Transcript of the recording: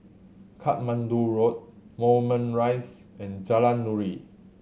Katmandu Road Moulmein Rise and Jalan Nuri